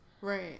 right